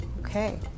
Okay